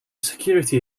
security